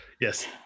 Yes